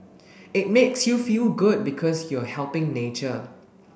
it makes you feel good because you're helping nature